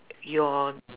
your